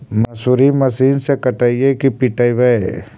मसुरी मशिन से कटइयै कि पिटबै?